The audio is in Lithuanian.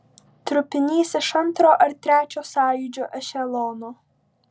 trupinys iš antro ar trečio sąjūdžio ešelono